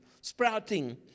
sprouting